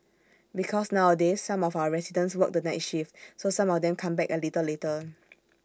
because nowadays some of our residents work the night shift so some of them come back A little later